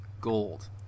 gold